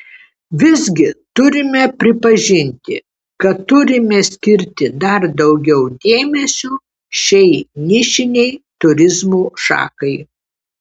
visgi turime pripažinti kad turime skirti dar daugiau dėmesio šiai nišinei turizmo šakai